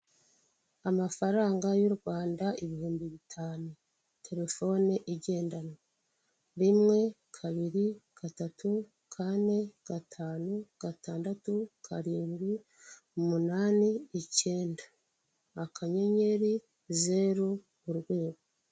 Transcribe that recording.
Amafaranga y'u Rwanda ibihumbi bitanu, telefone igendanwa rimwe kabiri gatatu kane gatanu gatandatu karindwi umunani icyenda akanyenyeri zeru urwego.